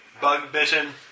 bug-bitten